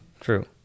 True